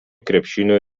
krepšinio